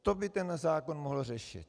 To by ten zákon mohl řešit.